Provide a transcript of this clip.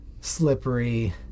slippery